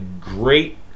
great